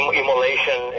immolation